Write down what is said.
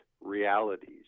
realities